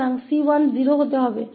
तो c1 को 0 होना चाहिए